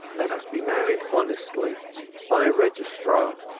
let us be married honestly by a registrar.